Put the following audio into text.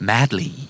Madly